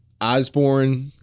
Osborne